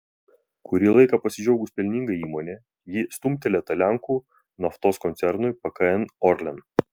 kurį laiką pasidžiaugus pelninga įmone ji stumtelėta lenkų naftos koncernui pkn orlen